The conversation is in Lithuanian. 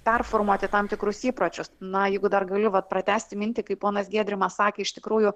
performuoti tam tikrus įpročius na jeigu dar galiu vat pratęsti mintį kaip ponas giedrimas sakė iš tikrųjų